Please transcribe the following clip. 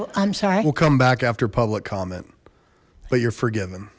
well i'm sorry we'll come back after public comment but you're forgiven